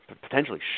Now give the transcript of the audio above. potentially